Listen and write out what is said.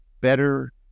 better